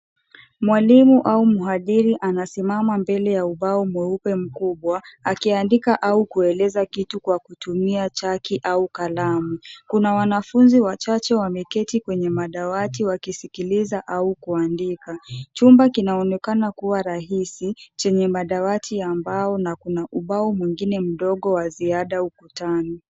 Mwalimu au mhadhiri anasimama mbele ya ubao mweupe mkubwa, akiandika au kueleza kitu kwa kutumia chaki au kalamu. Kuna wanafunzi wachache wameketi kwenye madawati wakisikiliza au kuandika. Chumba kinaonekana kuwa rahisi, chenye madawati ya mbao na kuna ubao mwingine mdogo wa ziada ukutani.